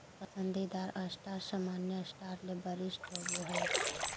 पसंदीदा स्टॉक सामान्य स्टॉक ले वरिष्ठ होबो हइ